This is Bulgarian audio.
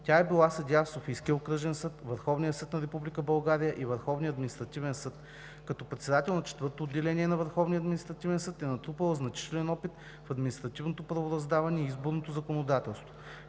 Тя е била съдия в Софийския окръжен съд, Върховния съд на Република България и Върховния административен съд. Като председател на четвърто отделение на Върховния административен съд е натрупала значителен опит в административното правораздаване и изборното законодателство.